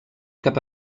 cap